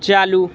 चालू